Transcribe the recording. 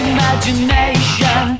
Imagination